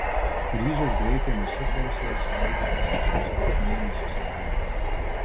grįžęs greitai nusiprausė ir suvalgė pusryčiams kiaušinienę su saliamiu